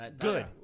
Good